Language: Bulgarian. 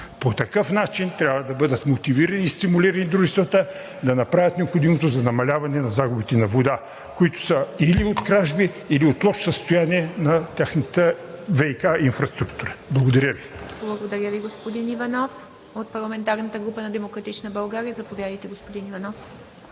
По такъв начин трябва да бъдат мотивирани и стимулирани дружествата да направят необходимото за намаляване на загубите на вода, които са или от кражби, или от общото състояние на тяхната ВиК инфраструктура. Благодаря Ви. ПРЕДСЕДАТЕЛ ИВА МИТЕВА: Благодаря Ви, господин Иванов. От парламентарната група на „Демократична България“ – заповядайте, господин Димитров.